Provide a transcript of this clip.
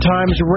Times